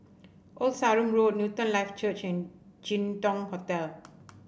Old Sarum Road Newton Life Church and Jin Dong Hotel